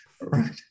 Right